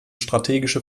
strategische